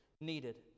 needed